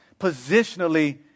positionally